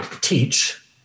teach